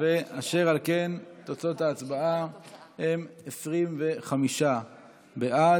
אשר על כן, תוצאות ההצבעה הן 25 בעד.